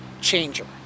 changer